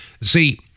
See